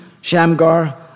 Shamgar